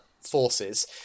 forces